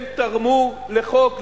הם תרמו לחוק,